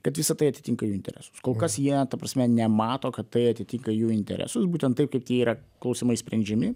kad visa tai atitinka jų interesus kol kas jie ta prasme nemato kad tai atitinka jų interesus būtent taip kaip tie yra klausimai sprendžiami